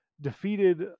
defeated